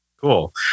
cool